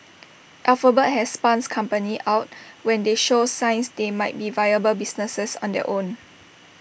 alphabet has spun companies out when they show signs they might be viable businesses on their own